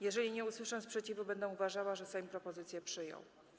Jeżeli nie usłyszę sprzeciwu, będę uważała, że Sejm propozycję przyjął.